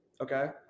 Okay